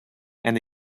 and